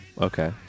Okay